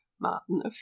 Martin